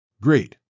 Great